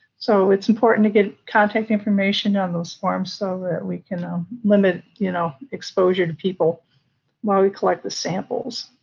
so it's important to get contact information on those forms so that we can limit, you know, exposure to people while we collect the samples.